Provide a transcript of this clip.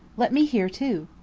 let me hear too.